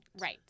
Right